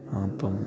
ആ അപ്പം